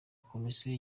komisiyo